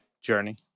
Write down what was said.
journey